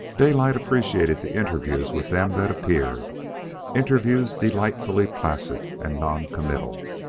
daylight appreciated the interviews with them that appeared interviews delightfully placid and non-committal.